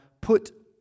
put